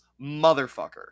motherfucker